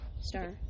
Star